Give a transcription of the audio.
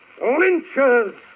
lynchers